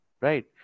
right